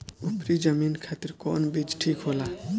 उपरी जमीन खातिर कौन बीज ठीक होला?